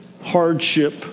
hardship